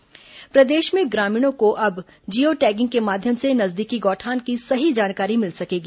गौठान geo tagging प्रदेश में ग्रामीणों को अब जियो टैगिंग के माध्यम से नजदीकी गौठान की सही जानकारी मिल सकेगी